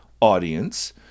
audience